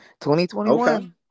2021